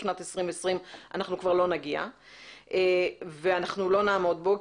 2020 אנחנו כבר לא נגיע וכבר לא נעמוד בו,